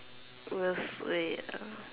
worst way uh